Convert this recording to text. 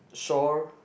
shore